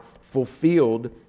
fulfilled